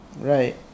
Right